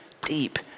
deep